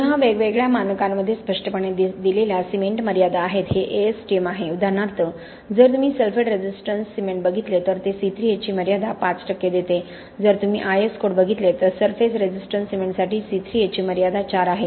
पुन्हा वेगवेगळ्या मानकांमध्ये स्पष्टपणे दिलेल्या सिमेंट मर्यादा आहेत हे ASTM आहे उदाहरणार्थ जर तुम्ही सल्फेट रेझिस्टन्स सिमेंट बघितले तर ते C3A ची मर्यादा 5 टक्के देते जर तुम्ही IS कोड बघितले तर सल्फेट रेझिस्टन्स सिमेंटसाठी C3A ची मर्यादा 4 आहे